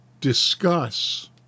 discuss